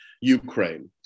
Ukraine